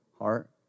heart